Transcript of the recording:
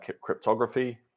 cryptography